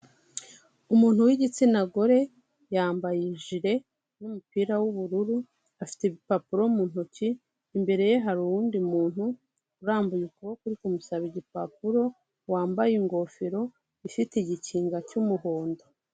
Umuntu w'igitsina gore yambaye ijire n'umupira w'ubururu, afite ibipapuro mu ntoki, imbere ye hari uwundi muntu urambuye ukuboko uri kumusaba igipapuro, wambaye ingofero ifite igikinga cy'umuhondo.